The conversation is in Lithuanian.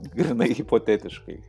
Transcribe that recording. grynai hipotetiškai